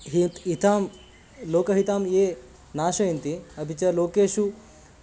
हितं हितं लोकहितं ये नाशयन्ति अपि च लोकेषु